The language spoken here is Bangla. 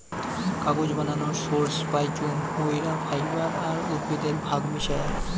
কাগজ বানানোর সোর্স পাইচুঙ মুইরা ফাইবার আর উদ্ভিদের ভাগ মিশায়া